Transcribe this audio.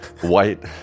white